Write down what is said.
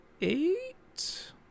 eight